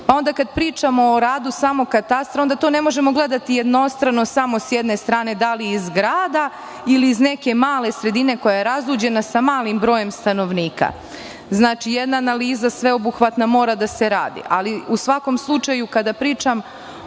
kad pričamo o radu samog katastra, onda to ne možemo gledati jednostrano samo s jedne strane da li je iz grada ili iz neke male sredine koja je razuđena sa malim brojem stanovnika. Jedna analiza sveobuhvatna mora da se radi.U svakom slučaju, kada pričam